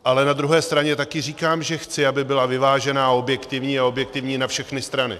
Ale na druhé straně také říkám, že chci, aby byla vyvážená a objektivní, a objektivní na všechny strany.